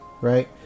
Right